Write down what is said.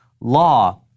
law